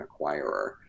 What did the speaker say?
acquirer